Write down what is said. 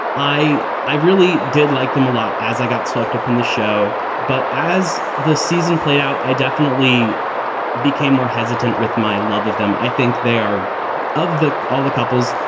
i i really did like them a lot as i got swept up in the show. but as the season played out, i definitely became more hesitant with my love of them. i think they are of the all the couples,